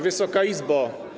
Wysoka Izbo!